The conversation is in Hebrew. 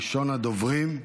ראשון הדוברים,